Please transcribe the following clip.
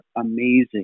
amazing